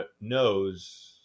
knows